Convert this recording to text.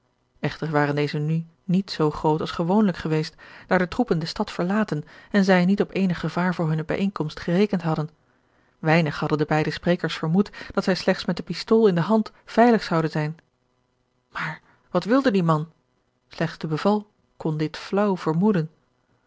echter waren deze nu niet zoo groot als gewoonlijk geweest daar de troepen de stad verlaten en zij niet op eenig gevaar voor hunne bijeenkomst gerekend hadden weinig hadden de beide sprekers vermoed dat zij slechts met de pistool in de hand veilig zouden zijn maar wat wilde die man slechts de beval kon dit flaauw vermoeden